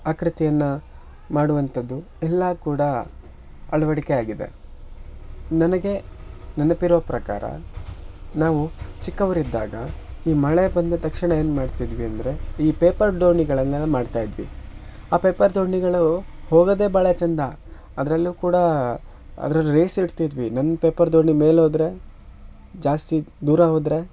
ಆಕೃತಿಯನ್ನು ಮಾಡುವಂಥದ್ದು ಎಲ್ಲ ಕೂಡ ಅಳವಡಿಕೆಯಾಗಿದೆ ನನಗೆ ನೆನಪಿರೋ ಪ್ರಕಾರ ನಾವು ಚಿಕ್ಕವರಿದ್ದಾಗ ಈ ಮಳೆ ಬಂದ ತಕ್ಷಣ ಏನು ಮಾಡ್ತಿದ್ವಿ ಅಂದರೆ ಈ ಪೇಪರ್ ದೋಣಿಗಳನ್ನೆಲ್ಲ ಮಾಡ್ತಾ ಇದ್ವಿ ಆ ಪೇಪರ್ ದೋಣಿಗಳು ಹೋಗೋದೇ ಭಾಳ ಚಂದ ಅದರಲ್ಲೂ ಕೂಡ ಅದ್ರಲ್ಲಿ ರೇಸ್ ಇಡ್ತಿದ್ವಿ ನನ್ನ ಪೇಪರ್ ದೋಣಿ ಮೇಲೆ ಹೋದ್ರೆ ಜಾಸ್ತಿ ದೂರ ಹೋದರೆ